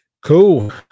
Cool